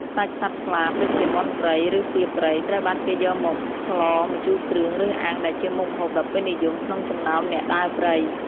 សាច់សត្វស្លាប ដូចជាមាន់ព្រៃ ឬទាព្រៃ ត្រូវបានគេយកមកស្លម្ជូរគ្រឿង ឬអាំង ដែលជាមុខម្ហូបដ៏ពេញនិយមក្នុងចំណោមអ្នកដើរព្រៃ។